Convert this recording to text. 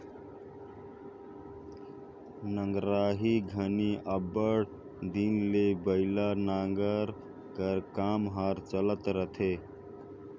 नगराही घनी अब्बड़ दिन ले बइला नांगर कर काम हर चलत रहथे